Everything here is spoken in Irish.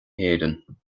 héireann